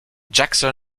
jackson